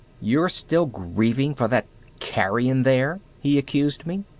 you're still grieving for that carrion there! he accused me.